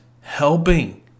helping